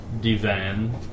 divan